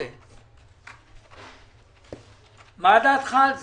שפועל על פי 1/12. מה דעתך על זה?